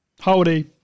holiday